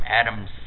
Adam's